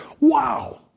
Wow